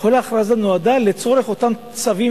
כל ההכרזה נועדה לצורך אותם צווים